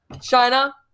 China